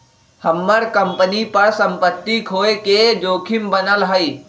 हम्मर कंपनी पर सम्पत्ति खोये के जोखिम बनल हई